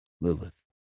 Lilith